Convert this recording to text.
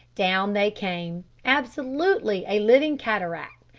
down they came, absolutely a living cataract,